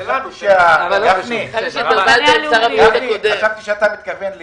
יש דברים שאפשר לעשות בטבריה שזה העוגן החזק ביותר של